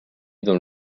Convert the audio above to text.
dans